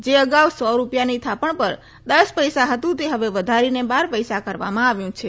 જે અગાઉ સો રૂપિયાની થાપણ પર દસ પૈસા હતુ તે હવે વધારીને બાર પૈસા કરવામાં આવ્યું છે